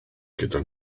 gyda